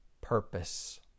purpose